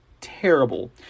terrible